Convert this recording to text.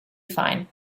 fine